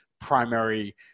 primary